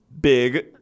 big